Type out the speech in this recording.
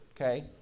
Okay